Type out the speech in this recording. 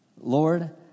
Lord